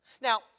Now